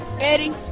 eddie